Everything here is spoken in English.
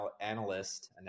analyst